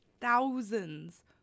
thousands